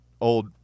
old